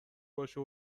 باشه